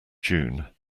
june